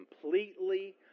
completely